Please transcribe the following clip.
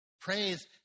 Praise